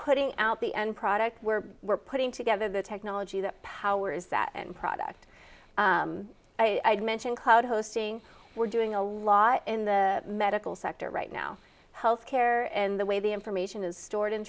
putting out the end product where we're putting together the technology that powers that end product i mentioned cloud hosting we're doing a lot in the medical sector right now health care and the way the information is stored and